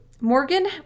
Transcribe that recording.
Morgan